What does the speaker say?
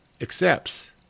accepts